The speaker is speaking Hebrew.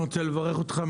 אני רוצה לברך אותך,